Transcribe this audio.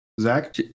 Zach